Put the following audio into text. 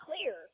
clear